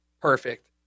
Perfect